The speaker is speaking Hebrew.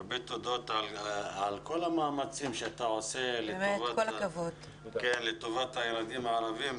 הרבה תודות על כל המאמצים שאתה עושה לטובת הילדים הערבים.